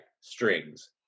strings